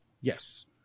Yes